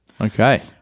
Okay